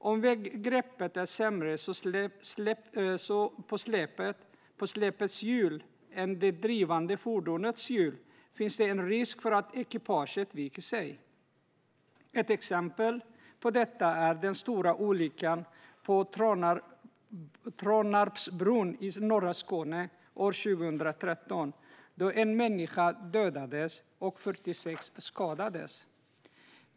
Om väggreppet är sämre på släpets hjul än på det drivande fordonets hjul finns det risk för att ekipaget viker sig. Ett exempel på detta är den stora olyckan på Tranarpsbron i norra Skåne år 2013 då en människa dödades och 46 skadades.